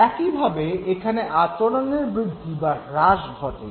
একইভাবে এখানে আচরণের বৃদ্ধি বা হ্রাস ঘটে